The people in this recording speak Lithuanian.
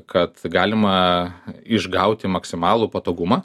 kad galima išgauti maksimalų patogumą